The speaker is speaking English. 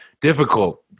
difficult